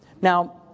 Now